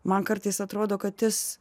man kartais atrodo kad jis